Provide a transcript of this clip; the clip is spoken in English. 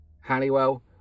Halliwell